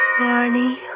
Barney